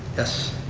yes.